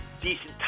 Decent